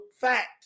Fact